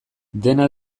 dena